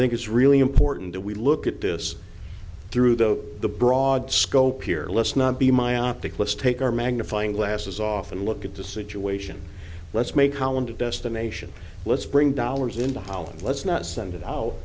think it's really important that we look at this through though the broad scope here let's not be myopic let's take our magnifying glasses off and look at the situation let's make holland a destination let's bring dollars into holland let's not send it